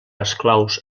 esclaus